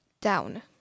Down